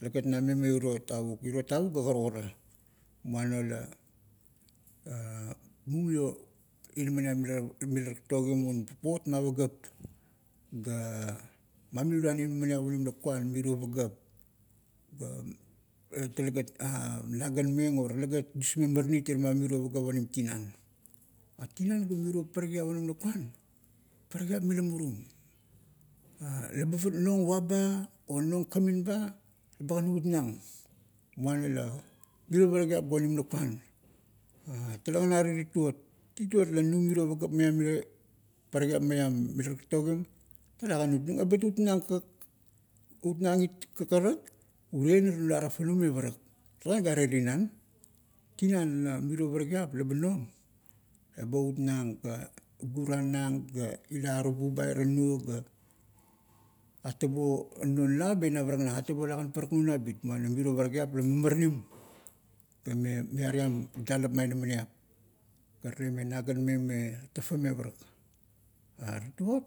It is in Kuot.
talegat nameng me iro tavuk. Iro tavuk ga karukara, muana la, mumio inaminiap mila, mila taktogim un papot ma pagap, ga mamiuluan inaminiap onim lakuan mirio pagap, ga talegat nagameng o talegat dusmeng maranit irama miro pagap onim tinan. Tinan ga, mirio parakiap onim lakuan, parakiap mila murum. Leba nong ua ba, o nong kamin ba eba gan ut nang. Muana la, mirio parakiap ga onim lakuan. Talegan are tituot, tituot la num mirio pagap maiam miro parakiap maiam mila taktogim, talagan ut nung, ebat ut nang utnang it kagarat, urie inar nula tafanung me parak. Talegan gare tinan, tinan ga mirio parakiap leba nom, eba utnang ga, guranang ga, ila arubu ba ira nuo ga, atabo non la ba ina paraknang. Atabo lagan paraknung nabit, muana miro parakiap la marmaranim, ga ime miariam dalap ma inamaniap, ga tale me nagan meng me tafa me parak tituot,